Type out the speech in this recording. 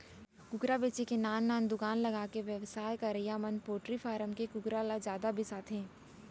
कुकरा बेचे के नान नान दुकान लगाके बेवसाय करवइया मन पोल्टी फारम के कुकरा ल जादा बिसाथें